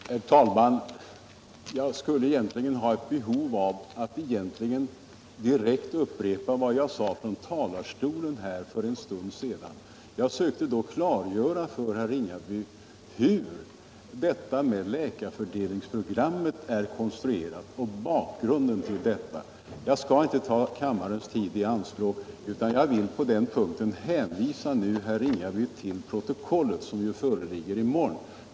Herr talman! Jag har egentligen behov av att direkt upprepa vad jag sade i talarstolen för en stund sedan. Jag sökte då klargöra för herr Ringaby hur läkarfördelningsprogrammet är konstruerat och bakgrunden till detta. Jag skall emellertid inte ta kammarens tid i anspråk för detta utan vill på den punkten hänvisa herr Ringaby till protokollet, som ju föreligger i morgon.